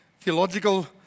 theological